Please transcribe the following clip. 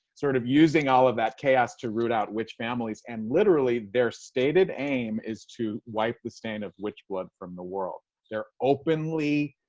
sort of using all of that chaos to root out witch families. and literally, their stated aim is to wipe the stain of witch blood from the world. they're openly,